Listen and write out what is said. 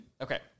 Okay